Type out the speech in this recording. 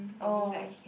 for me like she can